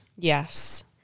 Yes